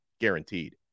guaranteed